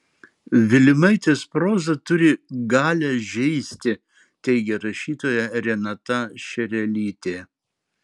vilimaitės proza turi galią žeisti teigia rašytoja renata šerelytė